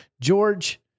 George